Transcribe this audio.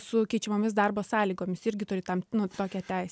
su keičiamomis darbo sąlygomis irgi turi tam nu tokią teisę